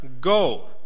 go